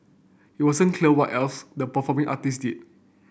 it wasn't clear what else the performing artists did